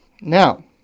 Now